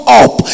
up